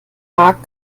mag